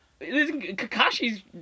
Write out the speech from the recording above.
Kakashi's